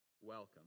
welcome